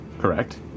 Correct